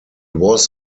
was